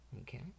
okay